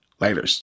Laters